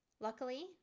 Luckily